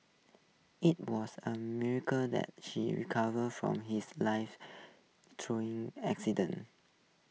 IT was A miracle that she recovered from his life threatening accident